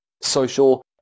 social